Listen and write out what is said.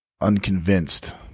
unconvinced